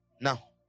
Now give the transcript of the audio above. Now